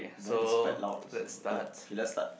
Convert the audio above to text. mine is quite loud also ya okay let's start